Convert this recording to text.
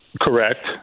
correct